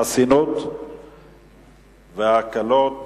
חסינויות והקלות